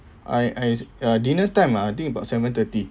I I uh dinner time lah I think about seven thirty